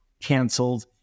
canceled